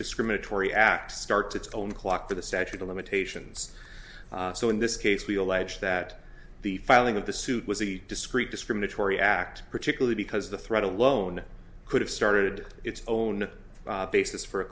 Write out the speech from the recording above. discriminatory act starts its own clock to the statute of limitations so in this case we allege that the filing of the suit was a discreet discriminatory act particularly because the threat alone could have started its own basis for a